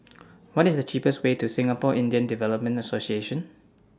What IS The cheapest Way to Singapore Indian Development Association